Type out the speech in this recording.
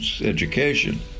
education